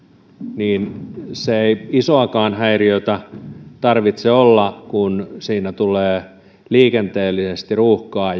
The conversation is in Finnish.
niin ei isoakaan häiriötä tarvitse olla kun sinne tulee liikenteellisesti ruuhkaa